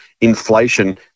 inflation